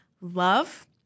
love